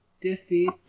defeat